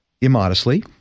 immodestly